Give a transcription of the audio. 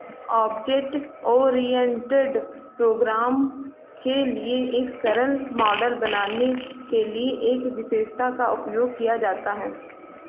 object oriented program के लिए एक सरल मॉडल बनाने के लिए एक विशेषता का उपयोग किया जाता है